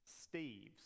Steve's